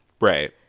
right